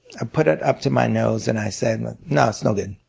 i put it up to my nose and i said no, it's no good.